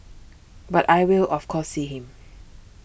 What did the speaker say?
but I will of course see him